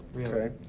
Okay